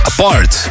Apart